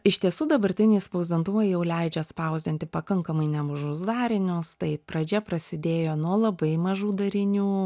iš tiesų dabartiniai spausdintuvai jau leidžia spausdinti pakankamai nemažus darinius tai pradžia prasidėjo nuo labai mažų darinių